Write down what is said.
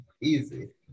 Easy